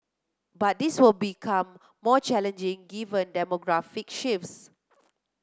but this will become more challenging given demographic shifts